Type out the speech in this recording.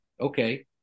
okay